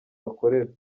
bakorera